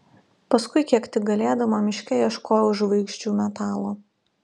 paskui kiek tik galėdama miške ieškojau žvaigždžių metalo